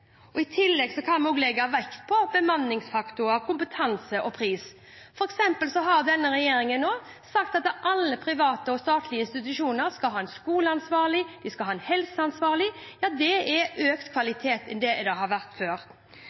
vi legge vekt på bemanningsfaktor, kompetanse og pris. For eksempel har denne regjeringen nå sagt at alle private og statlige institusjoner skal ha en skoleansvarlig, og de skal ha en helseansvarlig. Det er økt kvalitet – mer enn det har vært før.